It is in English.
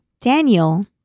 Daniel